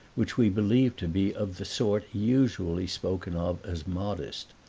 which we believed to be of the sort usually spoken of as modest.